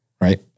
right